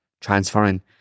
transferring